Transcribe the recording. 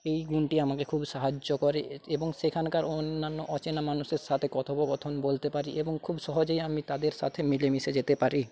এই গুণটি আমাকে খুব সাহায্য করে এবং সেখানকার অন্যান্য অচেনা মানুষের সাথে কথোপকথন বলতে পারি এবং খুব সহজেই আমি তাদের সাথে মিলেমিশে যেতে পারি